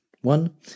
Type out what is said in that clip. One